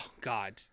God